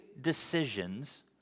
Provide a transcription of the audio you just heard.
decisions